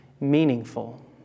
meaningful